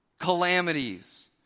calamities